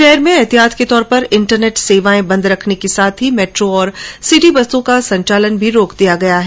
शहर में ऐहतियात के तौर पर इन्टरनेट सेवाएं बंद करने के साथ ही मेट्रो और सिटी बसों का संचालन भी रोक दिया गया है